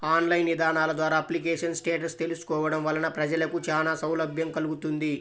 online ఇదానాల ద్వారా application status తెలుసుకోవడం వలన ప్రజలకు చానా సౌలభ్యం కల్గుతుంది